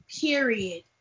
period